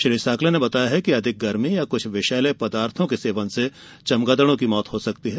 Shri Shockley ने बताया है कि अधिक गर्मी या कृछ विषैले पदार्थों के सेवन से चमगादड़ों की मौत हो सकती है